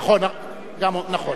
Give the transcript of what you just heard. נכון.